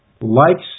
likes